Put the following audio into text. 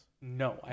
No